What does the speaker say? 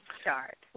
start